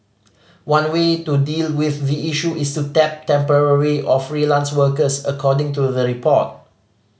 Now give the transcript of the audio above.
one way to deal with the issue is to tap temporary or freelance workers according to the report